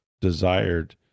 desired